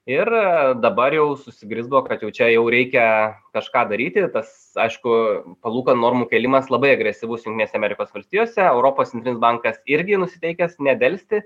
ir dabar jau susigrizbo kad jau čia jau reikia kažką daryti tas aišku palūkanų normų kėlimas labai agresyvus jungtinėse amerikos valstijose europos centrinis bankas irgi nusiteikęs nedelsti